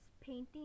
painting